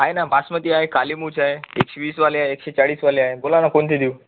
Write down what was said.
आहे ना बासमती आहे कालीमुछ आहे एकशे वीसवाली आहे एकशे चाळीसवाली आहे बोला ना कोणते देऊ